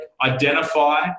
identify